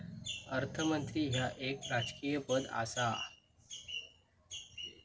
अर्थमंत्री ह्या एक राजकीय पद आसा